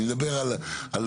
אני מדבר על,